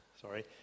Sorry